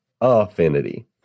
affinity